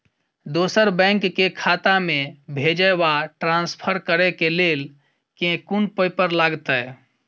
दोसर बैंक केँ खाता मे भेजय वा ट्रान्सफर करै केँ लेल केँ कुन पेपर लागतै?